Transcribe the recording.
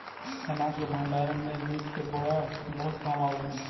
अनाज के भण्डारण में जूट के बोरा बहुत काम आवऽ हइ